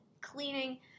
cleaning